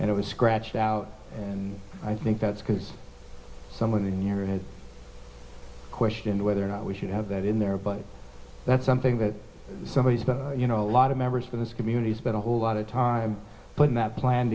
and it was scratched out and i think that's because someone in your head questioned whether or not we should have that in there but that's something that somebody is but you know a lot of members of this community spent a whole lot of time but that plan